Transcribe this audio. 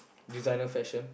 designer fashion